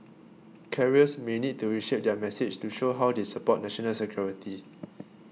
carriers may need to reshape their message to show how they support national security